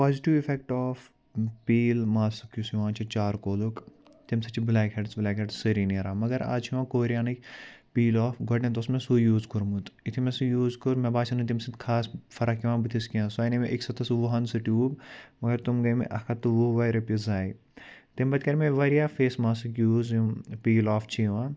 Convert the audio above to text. positive effect of peel mask یُس یِوان چھُ چارکولُک تَمہِ سۭتۍ چھِ بُلیک ہٮ۪ڈٕس وٕلیک ہٮ۪ڈٕس سٲری نیران مگر اَز چھُ یِوان کوریانٕکۍ پیٖل آف گۄڈٕنٮ۪تھ اوس مےٚ سُے یوٗز کوٚرمُت یُتھٕے مےٚ سُہ یوٗز کوٚر مےٚ باسٮ۪و نہٕ تَمہِ سۭتۍ خاص فرٕق یِوان بُتھِس کیٚنٛہہ سُہ اَنے مےٚ أکِس ہَتَن تہٕ وُہَن سُہ ٹیٛوٗب مگر تِم گٔے مےٚ اَکھ ہَتھ تہٕ وُہ وٕے رۄپیہِ ضایہِ تَمہِ پَتہٕ کَرِ مےٚ واریاہ فیس ماسٕک یوٗز یِم پیٖل آف چھِ یِوان